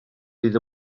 fydd